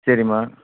சரிம்மா